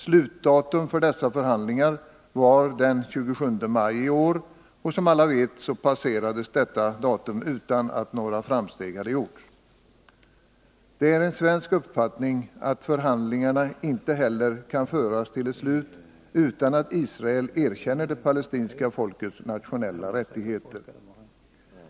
Slutdatum för dessa förhandlingar var den 27 maj i år, och som alla vet passerades detta datum utan att några framsteg hade gjorts. Det är en svensk uppfattning att förhandlingarna inte heller kan föras till ett slut utan att Israel erkänner det palestinska folkets nationella rättigheter.